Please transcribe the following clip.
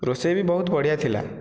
ରୋଷେଇବି ବହୁତ ବଢିଆ ଥିଲା